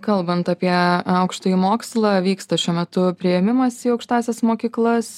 kalbant apie aukštąjį mokslą vyksta šiuo metu priėmimas į aukštąsias mokyklas